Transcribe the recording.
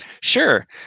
Sure